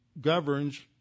governs